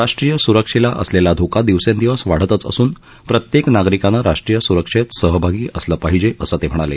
राष्ट्रीय स्रक्षेला असलेला धोका दिवसेंदिवस वाढतच असून प्रत्येक नागरिकानं राष्ट्रीय सुरुक्षेत सहभागी असलं पाहिजे असं ते म्हणाले